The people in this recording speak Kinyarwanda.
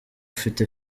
ufite